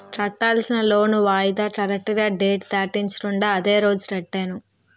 కట్టాల్సిన లోన్ వాయిదా కరెక్టుగా డేట్ దాటించకుండా అదే రోజు కట్టాను